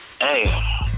hey